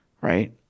right